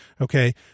Okay